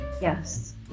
Yes